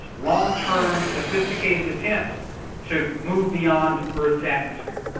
long-term sophisticated attempt to move beyond earth's atmosphere.